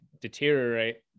deteriorate